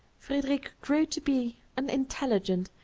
frederic grew to be an intelligent,